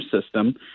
system